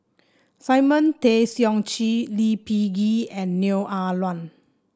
Simon Tay Seong Chee Lee Peh Gee and Neo Ah Luan